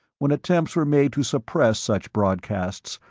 when attempts were made to suppress such broadcasts,